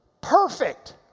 perfect